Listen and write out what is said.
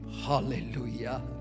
Hallelujah